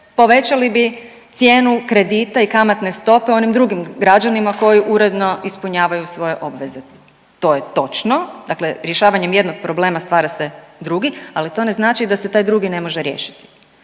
povećali bi cijenu kredita i kamatne stope onim drugim građanima koji uredno ispunjavaju svoje obveze. To je točno, dakle rješavanjem jednog problema stvara se drugi, ali to ne znači da se taj drugi ne može riješiti.